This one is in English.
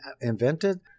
invented